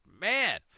Man